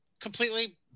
completely